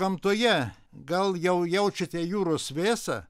gamtoje gal jau jaučiate jūros vėsą